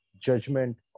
judgment